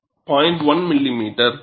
1 millimetre